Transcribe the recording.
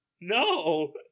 No